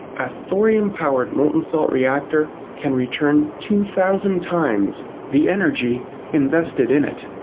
a thorium powered molten salt reactor can return two thousand times the energy invested in it.